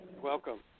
Welcome